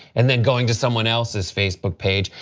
and then going to someone else's facebook page,